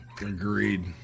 Agreed